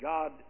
God